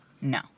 No